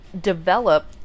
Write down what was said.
develop